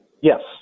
Yes